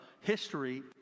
history